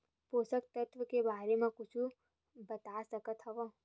पोषक तत्व के बारे मा कुछु बता सकत हवय?